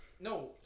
No